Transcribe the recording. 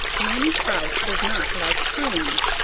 mamie prout does not like prunes.